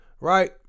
Right